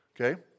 Okay